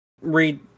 read